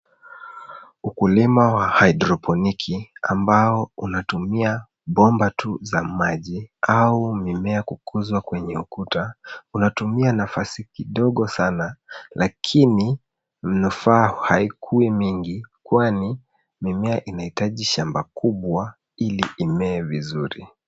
Ukulima wa haidropiniki ambao unatumia bomba tu za maji au mimea kukuzwa kwenye ukuta unatumia nafasi kidogo sana lakini manufaa haikui mingi kuwa ni mimea inahitaji shamba kubwa ili imee vizuri.